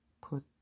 put